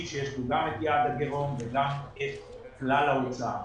שיש בו גם את יעד הגירעון וגם את כלל ההוצאה.